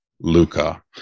Luca